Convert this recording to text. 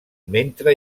mentre